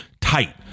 Tight